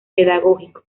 pedagógico